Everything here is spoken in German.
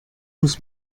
muss